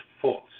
false